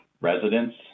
residents